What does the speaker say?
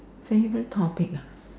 favorite topic ah